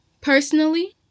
Personally